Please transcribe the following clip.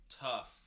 Tough